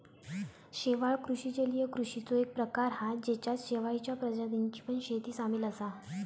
शेवाळ कृषि जलीय कृषिचो एक प्रकार हा जेच्यात शेवाळींच्या प्रजातींची पण शेती सामील असा